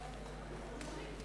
כדי